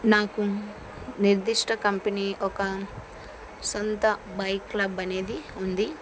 నాకు నిర్దిష్ట కంపెనీ ఒక సొంత బైక్ క్లబ్ అనేది ఉంది